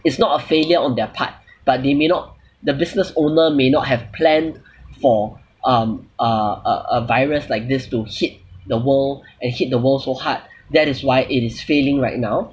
it's not a failure on their part but they may not the business owner may not have planned for um uh uh a virus like this to hit the world and hit the world so hard that is why it is failing right now